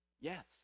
Yes